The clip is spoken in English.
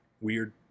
weird